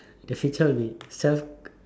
the picture would be self